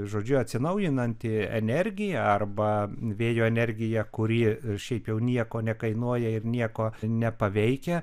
žodžiu atsinaujinanti energija arba vėjo energija kuri šiaip jau nieko nekainuoja ir nieko nepaveikia